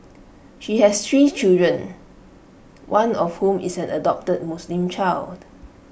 he has three children one of whom is an adopted Muslim child